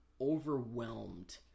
overwhelmed